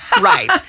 right